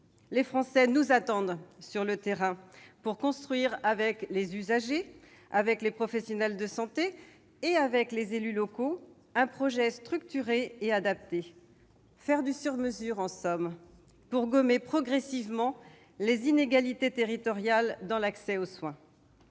Les Français nous attendent sur le terrain pour construire avec les usagers, les professionnels de santé et les élus locaux un projet structuré et adapté. Nous voulons faire du sur-mesure en somme, pour gommer progressivement les inégalités territoriales dans l'accès aux soins.